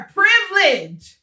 privilege